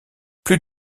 plus